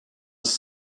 ist